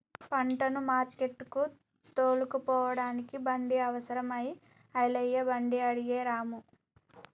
పంటను మార్కెట్టుకు తోలుకుపోడానికి బండి అవసరం అయి ఐలయ్య బండి అడిగే రాము